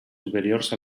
superiors